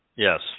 Yes